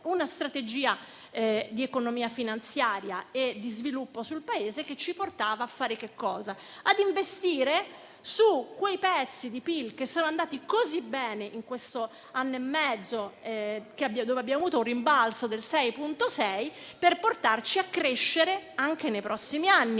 una strategia di economia finanziaria e di sviluppo del Paese che ci avrebbero portato a investire su quei pezzi di PIL che sono andati così bene in questo anno e mezzo, in cui abbiamo avuto un rimbalzo del 6,6 per cento, per portarci a crescere anche nei prossimi anni.